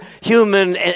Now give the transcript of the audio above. human